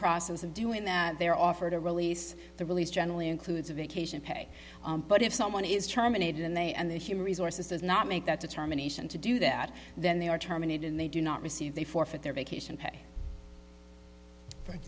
process of doing that their offer to release the release generally includes a vacation pay but if someone is terminated and they and their human resources does not make that determination to do that then they are terminated and they do not receive they forfeit their vacation pay for